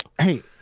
hey